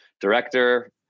director